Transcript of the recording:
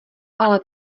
ale